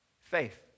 Faith